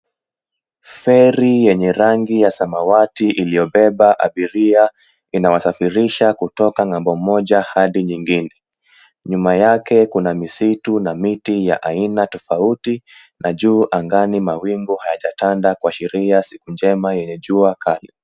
Feri yenye rangi ya samawati iliyobeba abiria, inawasafirisha kutoka ng'ambo moja hadi nyingine. Nyuma yake kuna misitu na miti ya aina tofauti na juu angani mawingu hayajatanda kuashiria siku njema yenye jua kali.